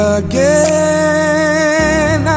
again